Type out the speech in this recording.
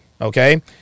Okay